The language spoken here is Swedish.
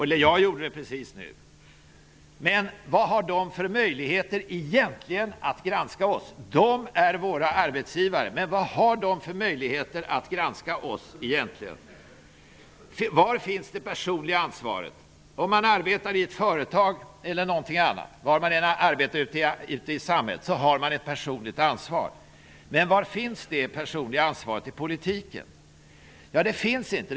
Eller i varje fall gjorde jag det alldeles nyss. Men vad har svenska folket egentligen för möjligheter att granska oss? Var finns det personliga ansvaret? Var man än arbetar ute i samhället har man ett personligt ansvar. Men var finns det personliga ansvaret i politiken? Det finns inte.